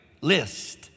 list